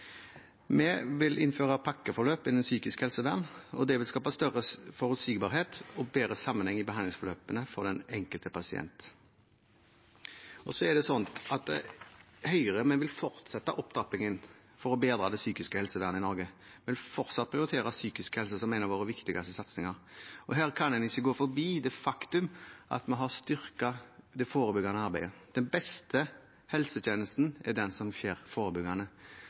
Vi vil innføre pakkeforløp innen psykisk helsevern, og det vil skape større forutsigbarhet og bedre sammenheng i behandlingsforløpene for den enkelte pasient. Så er det slik at Høyre vil fortsette opptrappingen for å bedre det psykiske helsevernet i Norge. Vi vil fortsatt prioritere psykisk helse som en av våre viktigste satsinger. Her kan en ikke gå forbi det faktum at vi har styrket det forebyggende arbeidet. Den beste helsetjenesten er den som skjer forebyggende.